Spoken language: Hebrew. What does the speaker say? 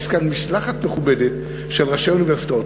יש כאן משלחת מכובדת של ראשי אוניברסיטאות,